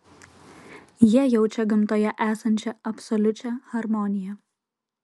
jie jaučia gamtoje esančią absoliučią harmoniją